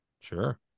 sure